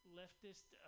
leftist